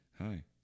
hi